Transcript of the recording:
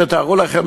תתארו לכם,